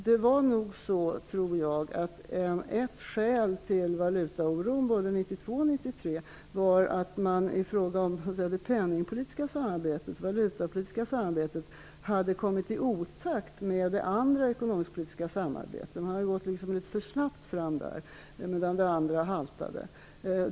Det var nog så, att ett skäl till valutaoron både åren 1992 och 1993 var att man i fråga om det valutapolitiska samarbetet hade kommit i otakt med det andra ekonomisk-politiska samarbetet -- man hade gått litet för snabbt fram, medan det andra haltade.